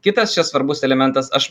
kitas čia svarbus elementas aš